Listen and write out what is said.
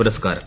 പുരസ്കാരം